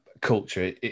culture